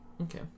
Okay